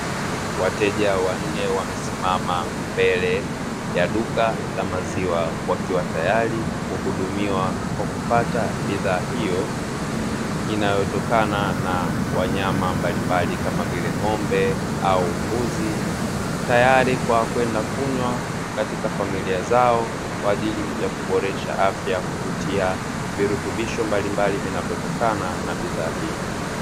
Wateja wanne wamesimama mbele ya duka la maziwa, wakiwa tayari kuhudumiwa kwa kupata bidhaa hiyo; inayotokana na wanyama mbalimbali kama vile ng'ombe au mbuzi, tayari kwa kwenda kunywa katika familia zao kwa ajili ya kuboresha afya kupitia virutubisho mbalimbali, vinavyotokana na bidhaa hiyo.